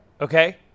Okay